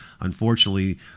unfortunately